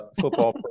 football